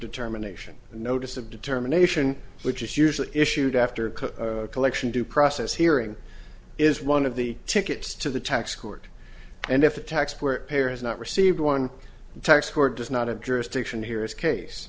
determination notice of determination which is usually issued after collection due process hearing is one of the tickets to the tax court and if the tax where payer has not received one tax court does not have jurisdiction here is case